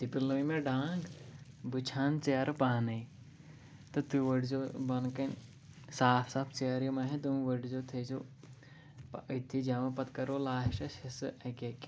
تُہۍ پِلنٲیِو مےٚ ڈانٛگ بہٕ چھانہٕ ژیرٕ پانٕے تہٕ تُہۍ ؤٹۍ زیٚو بۄنہٕ کَنہِ صاف صاف ژیرٕ یِم آسن تِم ؤٹۍ زیٚو تھٲیِزیو پَتہٕ أتھی جمع پَتہٕ کَرو لاسٹَس حِصہٕ اَکہِ اَکہِ